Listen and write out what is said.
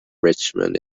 richmond